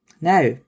now